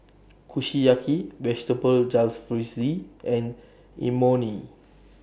Kushiyaki Vegetable Jalfrezi and Imoni